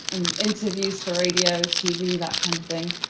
and interviews for radio, tv, that kind of thing.